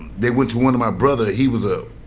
they went to one of my brother. he was a